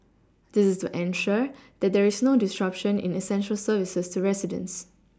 this is to ensure that there is no disruption in essential services to residents